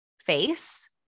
face